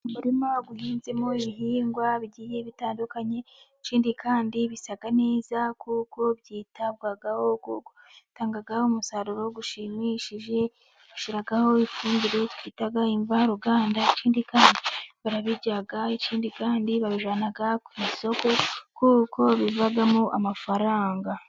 Umuririma uhinzemo ibihingwa bigiye bitandukanye, ikindi kandi bisa neza kuko byitabwaho, kuko bitanga umusaruro ushimishije, bashyiraho ifumbire bita imvaruganda, ikindi kandi barabirya, ikindi kandi babijyana ku masoko, kuko bivamo amafaranga.